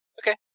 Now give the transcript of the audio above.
Okay